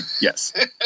Yes